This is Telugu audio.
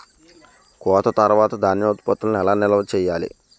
కోత తర్వాత ధాన్యం ఉత్పత్తులను ఎలా నిల్వ చేయాలి?